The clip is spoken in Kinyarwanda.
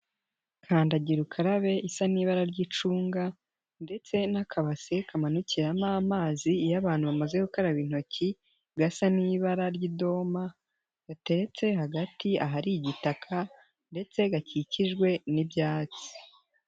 Kandagira ukarabe isa n'ibara ry'icunga ndetse n'akabase kamanukiramo amazi iyo abantu bamaze gukaraba intoki, gasa n'ibara ry'idoma gateretse hagati ahari igitaka ndetse gakikijwe n'ibyatsi.